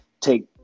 take